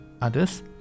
others